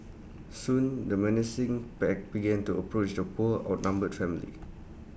soon the menacing pack began to approach the poor outnumbered family